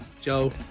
Joe